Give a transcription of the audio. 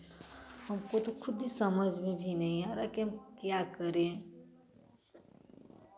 हमको तो खुद ही समझ में भी नहीं आ रहा की हम क्या करें